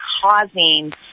causing